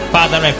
Father